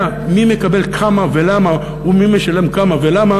מי מקבל כמה ולמה ומי משלם כמה ולמה,